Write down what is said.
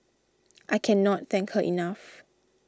I cannot thank her enough